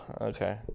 Okay